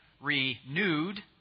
renewed